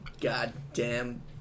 goddamn